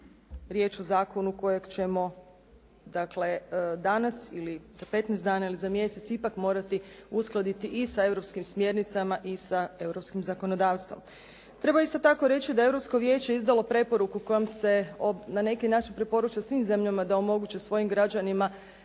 riječ o zakonu kojeg ćemo dakle danas ili za 15 dana ili za mjesec ipak morati uskladiti i sa europskim smjernicama i sa europskim zakonodavstvom. Treba isto tako reći da je Europsko vijeće izdalo preporuku kojom se na neki način preporuča svim zemljama da omoguće svojim građanima